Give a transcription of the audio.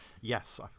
Yes